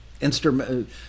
instrument